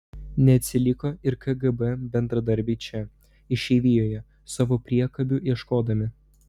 neatsiliko ir kgb bendradarbiai čia išeivijoje savo priekabių ieškodami